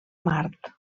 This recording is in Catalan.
mart